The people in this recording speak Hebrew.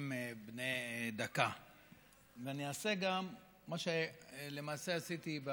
מיוחדת, ועדה מיוחדת, שיושבת על